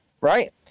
right